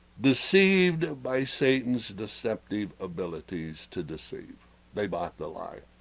deceived, by, satan's deceptive abilities to deceive they bought the life,